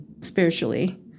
spiritually